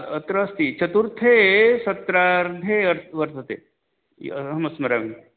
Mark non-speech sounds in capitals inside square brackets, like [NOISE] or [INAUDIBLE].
अत्र अस्ति चतुर्थे सत्रार्धे [UNINTELLIGIBLE] वर्तते अहं स्मरामि